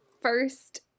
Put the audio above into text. first